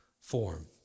form